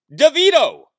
DeVito